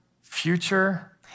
future